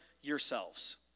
yourselves